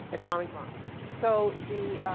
atomic bombs. so the